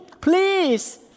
please